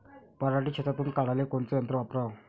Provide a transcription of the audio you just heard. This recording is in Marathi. पराटी शेतातुन काढाले कोनचं यंत्र वापराव?